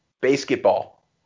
Basketball